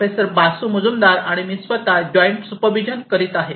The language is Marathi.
प्रोफेसर बासु मजूमदार आणि मी स्वत जॉईंट सुपरव्हिजन करीत आहे